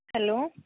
hello